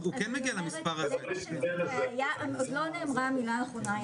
אז הוא כן מגיע למספר הזה --- עוד לא נאמרה המילה האחרונה,